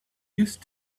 used